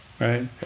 Right